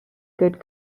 good